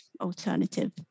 alternative